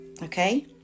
Okay